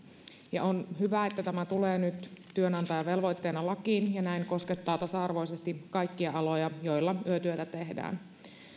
on hyvä että tämä tulee nyt työnantajan velvoitteena lakiin ja näin koskettaa tasa arvoisesti kaikkia aloja joilla yötyötä tehdään